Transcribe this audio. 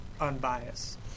unbiased